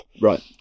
Right